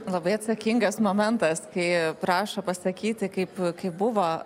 labai atsakingas momentas kai prašo pasakyti kaip kaip buvo